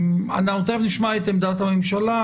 תכף נשמע את עמדת הממשלה.